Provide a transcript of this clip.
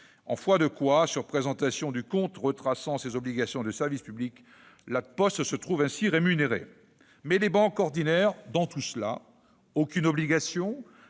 En foi de quoi, sur présentation du compte retraçant ces obligations de service public, La Poste se trouve ainsi rémunérée. Mais les banques ordinaires dans tout cela ? N'ont-elles aucune obligation